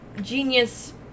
genius